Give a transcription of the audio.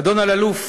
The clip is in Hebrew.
אדון אלאלוף,